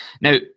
Now